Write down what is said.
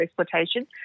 exploitation